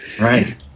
Right